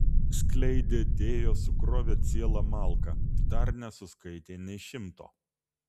skleidė dėjo sukrovė cielą malką dar nesuskaitė nė šimto